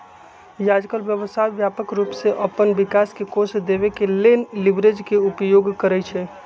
याजकाल व्यवसाय व्यापक रूप से अप्पन विकास के कोष देबे के लेल लिवरेज के उपयोग करइ छइ